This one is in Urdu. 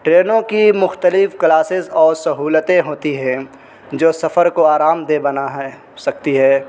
ٹرینوں کی مختلف کلاسز اور سہولتیں ہوتی ہیں جو سفر کو آرام دہ بنا ہے سکتی ہے